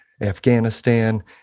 Afghanistan